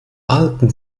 alten